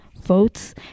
votes